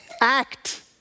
Act